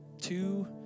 two